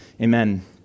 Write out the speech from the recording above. amen